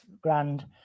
grand